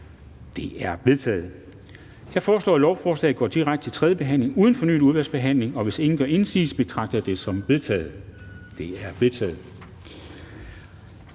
De er forkastet. Jeg foreslår, at lovforslagene går direkte til tredje behandling uden fornyet udvalgsbehandling. Hvis ingen gør indsigelse, betragter jeg dette som vedtaget. Det er vedtaget.